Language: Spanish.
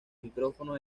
micrófonos